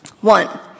One